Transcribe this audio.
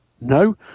No